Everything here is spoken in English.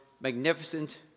magnificent